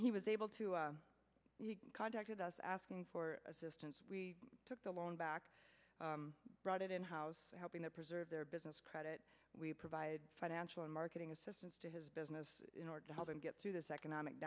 he was able to contacted us asking for assistance we took the long back brought it in house helping to preserve their business credit we provide financial and marketing assistance to his business in order to help him get through this economic